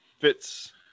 fits